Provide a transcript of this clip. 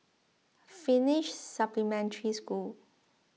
Finnish Supplementary School